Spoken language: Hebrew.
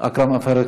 אכרם?